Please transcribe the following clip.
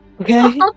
Okay